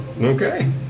Okay